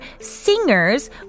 singers